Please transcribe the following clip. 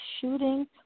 shooting